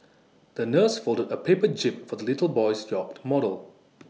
the nurse folded A paper jib for the little boy's yacht model